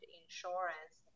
insurance